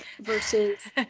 versus